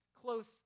close